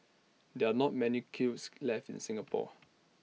there are not many kilns left in Singapore